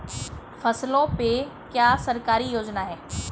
फसलों पे क्या सरकारी योजना है?